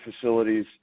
facilities